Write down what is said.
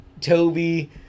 Toby